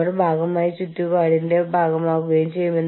പൂർണ്ണമായും ആസ്ഥാനത്ത് നിന്ന് കൈകാര്യം ചെയ്യുന്നു